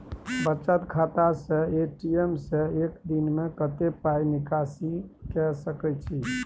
बचत खाता स ए.टी.एम से एक दिन में कत्ते पाई निकासी के सके छि?